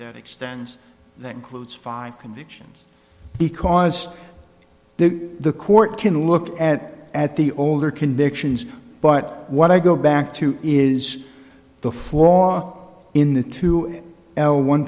that extends that includes five convictions because there the court can look at at the older convictions but what i go back to is the flaw in the two l one